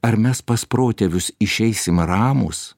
ar mes pas protėvius išeisim ramūs